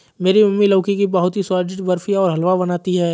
मेरी मम्मी लौकी की बहुत ही स्वादिष्ट बर्फी और हलवा बनाती है